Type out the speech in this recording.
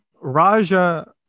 Raja